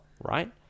right